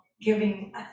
giving